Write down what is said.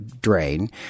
drain